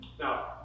Now